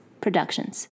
Productions